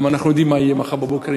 כי אנחנו יודעים מה יהיה מחר בבוקר עם